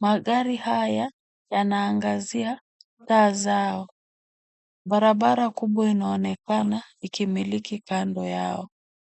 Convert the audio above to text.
Magari haya yanaangazia taa zao. Barabara inaoneana ikimiliki kando yao.